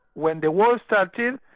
when the war started,